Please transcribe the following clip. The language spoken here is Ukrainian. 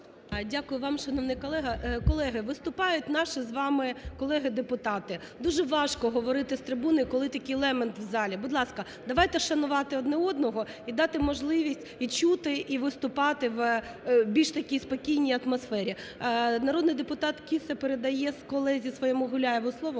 Дякую вам, шановний колего. Колеги, виступають наші з вами колеги депутати. Дуже важко говорити з трибуни, коли такий лемент в залі. Будь ласка, давайте шанувати один одного і дати можливість і чути, і виступати в більш такій спокійній атмосфері. Народний депутат Кіссе передає колезі своєму Гуляєву слово.